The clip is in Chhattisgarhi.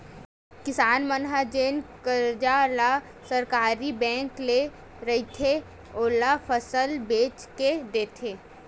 किसान मन ह जेन करजा ल सहकारी बेंक ले रहिथे, ओला फसल बेच के देथे